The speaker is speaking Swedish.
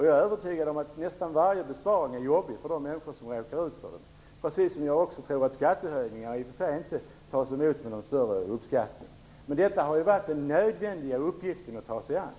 Jag är övertygad om att nästan varje besparing är jobbig för de människor som råkar ut för den, precis som jag också tror att skattehöjningar inte tas emot med någon större uppskattning. Men detta har varit den nödvändiga uppgiften att ta sig an.